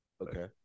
Okay